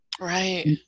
Right